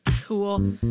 Cool